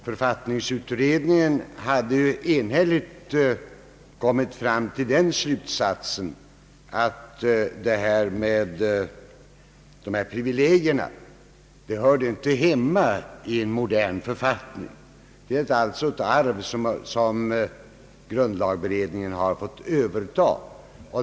Författningsutredningen hade enhälligt kommit fram till den slutsatsen att dessa privilegier inte hörde hemma i en modern författning. Denna fråga är alltså ett arv, som grundlagberedningen fått överta.